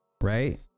right